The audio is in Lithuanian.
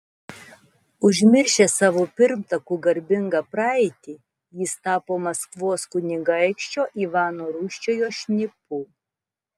užmiršęs savo pirmtakų garbingą praeitį jis tapo maskvos kunigaikščio ivano rūsčiojo šnipu